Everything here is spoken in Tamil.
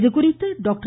இதுகுறித்து டாக்டர்